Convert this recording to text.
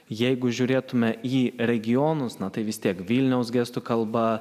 jeigu žiūrėtume į regionus na tai vis tiek vilniaus gestų kalba